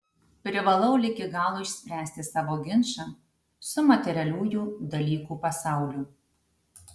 privalau ligi galo išspręsti savo ginčą su materialiųjų dalykų pasauliu